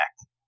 act